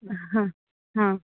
ହଁ ହଁ